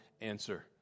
answer